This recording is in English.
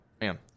Man